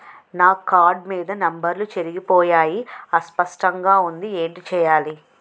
నా కార్డ్ మీద నంబర్లు చెరిగిపోయాయి అస్పష్టంగా వుంది ఏంటి చేయాలి?